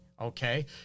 okay